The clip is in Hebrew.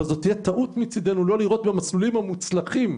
זו תהיה טעות מצדנו לא לראות במסלולים המוצלחים,